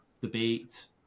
debate